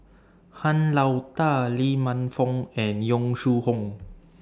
Han Lao DA Lee Man Fong and Yong Shu Hoong